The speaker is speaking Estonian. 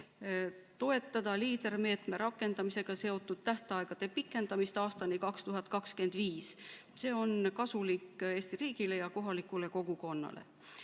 toetada LEADER-meetme rakendamisega seotud tähtaegade pikendamist aastani 2025. See on kasulik Eesti riigile ja kohalikule kogukonnale.